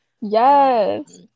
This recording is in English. Yes